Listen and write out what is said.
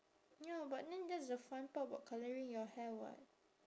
ya but then that's the fun part about colouring your hair [what]